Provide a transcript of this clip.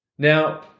Now